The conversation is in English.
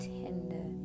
tender